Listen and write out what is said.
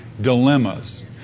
dilemmas